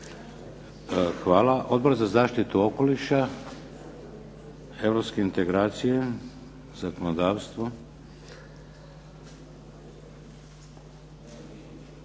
Hvala. Odbor za zaštitu okoliša? Europske integracije? Zakonodavstvo?